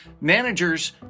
managers